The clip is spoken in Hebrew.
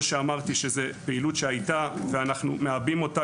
שאמרתי זו פעילות שהייתה ואנחנו מעבים אותה,